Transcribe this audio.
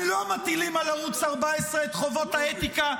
אתם לא מטילים על ערוץ 14 את חובת האתיקה,